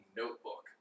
notebook